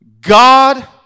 God